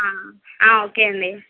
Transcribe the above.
okay అండి